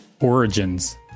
Origins